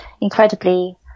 incredibly